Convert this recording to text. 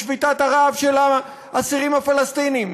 בשביתת הרעב של האסירים הפלסטינים,